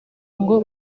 ngo